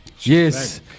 Yes